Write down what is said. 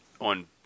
on